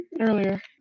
earlier